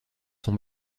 sont